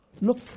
Look